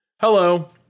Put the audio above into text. Hello